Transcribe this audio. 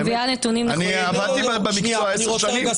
עבדתי במקצוע עשר שנים.